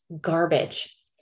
garbage